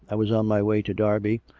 i was on my way to derby.